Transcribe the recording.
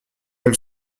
elle